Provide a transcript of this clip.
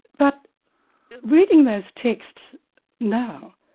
but reading those texts now,